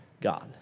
God